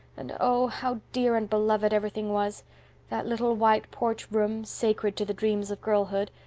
and oh, how dear and beloved everything was that little white porch room, sacred to the dreams of girlhood,